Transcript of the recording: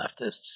leftists